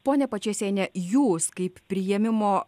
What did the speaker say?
ponia pačėsiene jūs kaip priėmimo